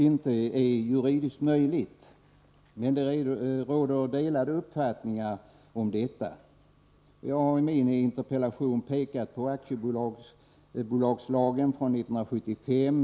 Det råder emellertid delade uppfattningar om detta. Jag har i min interpellation pekat på aktiebolagslagen från 1975.